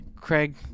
Craig